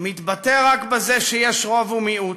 מתבטא רק בזה שיש רוב ומיעוט.